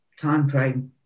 timeframe